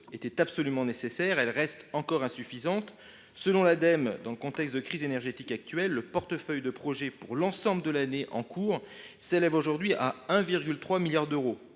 était absolument nécessaire, elle reste encore insuffisante. Selon l’Ademe, dans le contexte de crise énergétique actuelle, le portefeuille de projets pour l’ensemble de l’année en cours s’élève aujourd’hui à 1,3 milliard d’euros.